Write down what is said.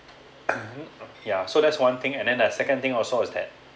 mmhmm oh ya so that's one thing and then the second thing also is that